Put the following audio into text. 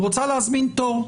רוצה להזמין תור,